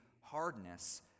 hardness